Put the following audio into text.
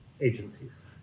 agencies